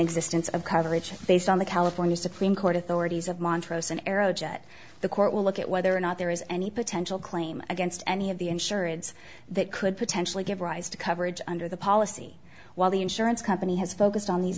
existence of coverage based on the california supreme court authorities of montrose an arrow judge the court will look at whether or not there is any potential claim against any of the insurance that could potentially give rise to coverage under the policy while the insurance company has focused on these